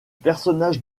personnage